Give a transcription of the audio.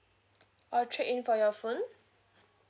or trade in for your phone